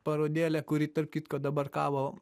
parodėlė kuri tarp kitko dabar kabo